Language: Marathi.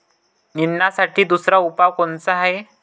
निंदनासाठी दुसरा उपाव कोनचा हाये?